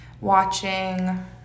watching